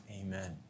Amen